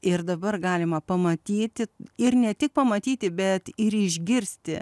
ir dabar galima pamatyti ir ne tik pamatyti bet ir išgirsti